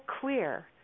clear